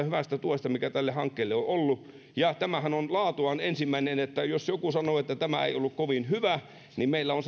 hyvästä tuesta mikä tälle hankkeelle on ollut ja tämähän on laatuaan ensimmäinen eli jos joku sanoo että tämä ei ollut kovin hyvä niin meillä on